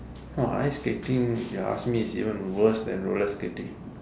!wah! ice skating if you ask me is even worst then roller skating